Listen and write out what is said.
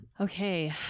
Okay